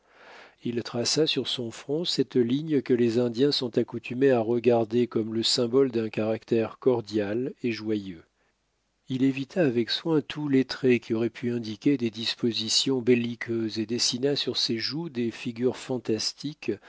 il traça sur son front cette ligne que les indiens sont accoutumés à regarder comme le symbole d'un caractère cordial et joyeux il évita avec soin tous les traits qui auraient pu indiquer des dispositions belliqueuses et dessina sur ses joues des figures fantastiques